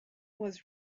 was